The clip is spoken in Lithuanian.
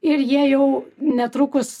ir jie jau netrukus